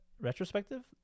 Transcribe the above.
retrospective